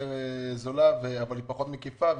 יותר זולה, אבל פחות מקיפה.